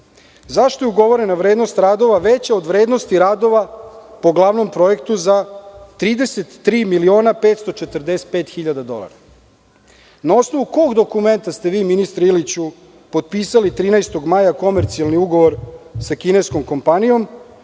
Zašto je ugovorena vrednost radova veća od vrednosti radova po glavnom projektu za 33.545.000 dolara? Na osnovu kog dokumenta ste vi, ministre Iliću, potpisali 13. maja komercijalni ugovor sa kineskom kompanijom?